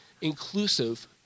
inclusive